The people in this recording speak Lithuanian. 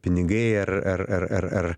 pinigai ar ar ar ar ar